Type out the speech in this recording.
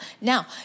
Now